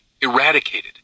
eradicated